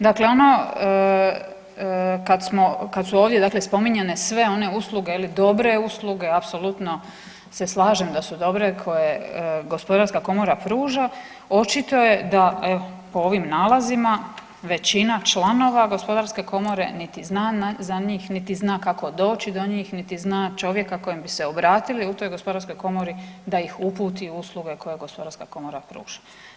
Dakle, ono kad smo, kad su ovdje dakle spominjane sve one usluge, dobre usluge apsolutno se slažem da su dobre koje gospodarska komora pruža očito je da evo po ovim nalazima većina članova gospodarske komore niti zna za njih, niti zna kako doći do njih, niti zna čovjeka kojem bi se obratili u toj gospodarskoj komori da ih uputi u usluge koje gospodarska komora pruža.